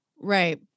Right